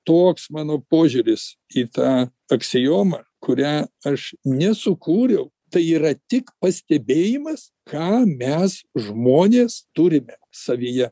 toks mano požiūris į tą aksiomą kurią aš nesukūriau tai yra tik pastebėjimas ką mes žmonės turime savyje